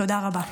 תודה רבה.